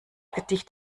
gedicht